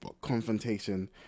confrontation